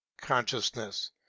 consciousness